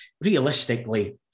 realistically